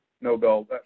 Nobel